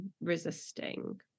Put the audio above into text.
resisting